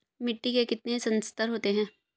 मिट्टी के कितने संस्तर होते हैं?